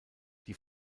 die